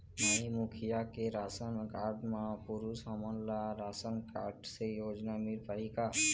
माई मुखिया के ration card म पुरुष हमन ला राशन कारड से योजना मिल पाही का?